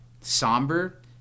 somber